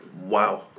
Wow